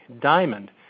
diamond